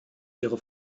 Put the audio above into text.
ihre